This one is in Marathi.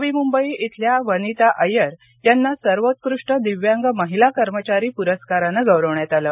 नवी मुंबई इथल्या वनिता अय्यर यांना सर्वोत्कृष्ट दिव्यांग महिला कर्मचारी पुरस्काराने गौरविण्यात आले